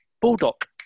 Bulldog